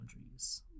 boundaries